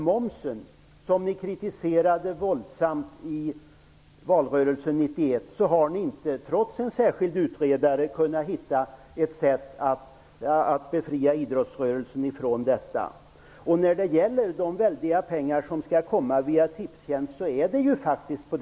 Såvitt jag uppfattade det, medgav Stig Bertilsson själv att Moderaterna inte, trots en särskild utredare, har kunnat hitta ett sätt att befria idrottsrörelsen från moms. I valrörelsen 1991 kritiserade ju Moderaterna våldsamt momsen. Det sägs att staten skall få in väldiga summor pengar via Tipstjänst.